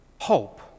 Hope